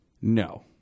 No